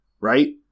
right